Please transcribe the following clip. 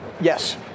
yes